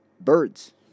birds